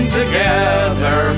together